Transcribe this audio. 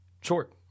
Short